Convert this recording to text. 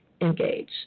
engage